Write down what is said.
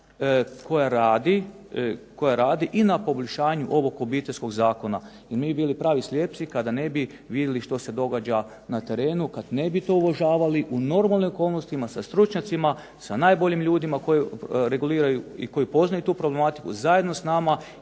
koja radi i na poboljšanju ovog Obiteljskog zakona i mi bi bili pravi slijepci kada ne bi vidjeli što se događa na terenu, kad ne bi to uvažavali u normalnim okolnostima sa stručnjacima, sa najboljim ljudima koji reguliraju i koji poznaju tu problematiku, zajedno s nama